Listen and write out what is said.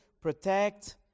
protect